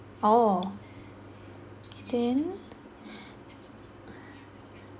oh then